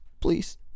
Please